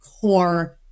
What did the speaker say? core